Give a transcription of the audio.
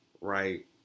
right